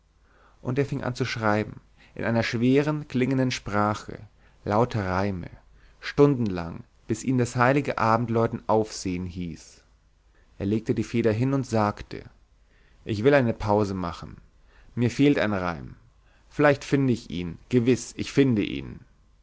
und er fing an zu schreiben in einer schweren klingenden sprache lauter reime stundenlang bis ihn das heilige abendläuten aufsehen hieß er legte die feder hin und sagte ich will eine pause machen mir fehlt ein reim vielleicht finde ich ihn gewiß ich finde ihn